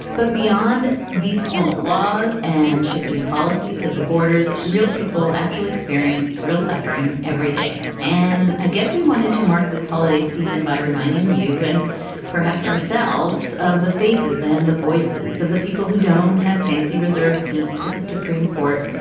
but beyond these formal laws and shifting policies at the borders, real people actually experience real suffering everyday. and i guess we wanted to mark this holiday season by reminding you and perhaps ourselves of the faces and the voices of the people who don't have fancy reserved seats at the supreme court,